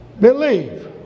believe